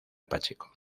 pacheco